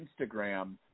Instagram